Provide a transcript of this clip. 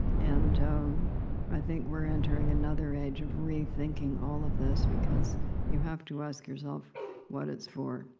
and i think we're entering another age of re-thinking all of this, because you have to ask yourself what it's for.